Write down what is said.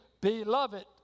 beloved